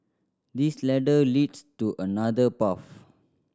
this ladder leads to another path